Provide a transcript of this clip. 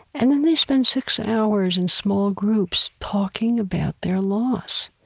and then they spend six hours in small groups talking about their loss.